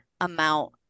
amount